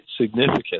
significant